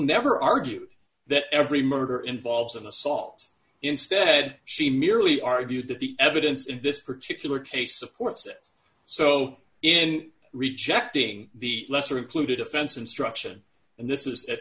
never argue that every murder involves an assault instead she merely argued that the evidence in this particular case supports it so in rejecting the lesser included offense instruction and this